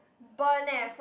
burn leh from